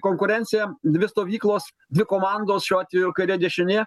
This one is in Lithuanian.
konkurencija dvi stovyklos dvi komandos šiuo atveju kairė dešinė